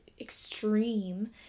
extreme